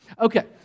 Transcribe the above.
Okay